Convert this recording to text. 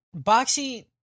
Boxy